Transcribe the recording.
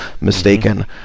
mistaken